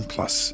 Plus